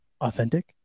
authentic